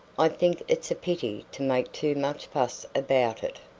i think it's a pity to make too much fuss about it.